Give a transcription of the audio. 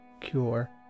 cure